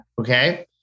Okay